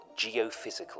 Geophysical